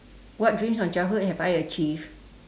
what dreams from childhood have I achieved